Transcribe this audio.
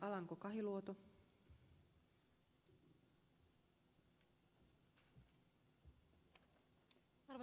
arvoisa rouva puhemies